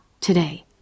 today